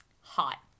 Hot